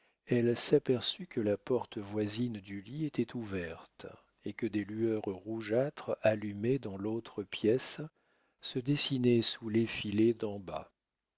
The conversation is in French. elle s'aperçut que la porte voisine du lit était ouverte et que des lueurs rougeâtres allumées dans l'autre pièce se dessinaient sous l'effilé